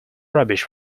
rubbish